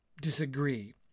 disagree